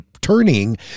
turning